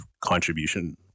contribution